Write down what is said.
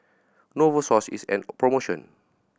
Novosource is on promotion